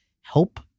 help